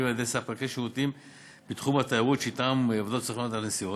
על-ידי ספקי שירותים שאתם עובדות סוכנויות הנסיעות.